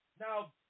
Now